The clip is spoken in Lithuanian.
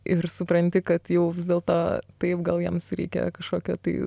ir supranti kad jau vis dėlto taip gal jiems reikia kažkokio tai